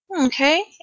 Okay